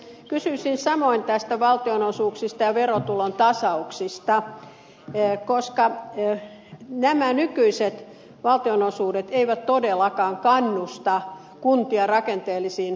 kysyisin samoin valtionosuuksista ja verotulon tasauksista koska nämä nykyiset valtionosuudet eivät todellakaan kannusta kuntia rakenteellisiin muutoksiin